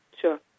Sure